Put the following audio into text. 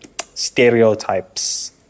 stereotypes